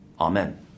Amen